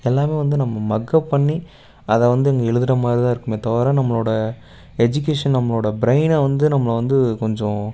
எல்லாமே வந்து நம்ம மக்கப் பண்ணி அதை வந்து எழுதரமாதிரிதான் இருக்குமே தவர நம்மளோட எஜிகேஷன் நம்மளோட பிரெயினை வந்து நம்ம வந்து கொஞ்சம்